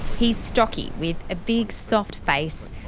he's stocky with a big, soft face,